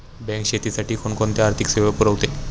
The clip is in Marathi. बँक शेतीसाठी कोणकोणत्या आर्थिक सेवा पुरवते?